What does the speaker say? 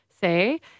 say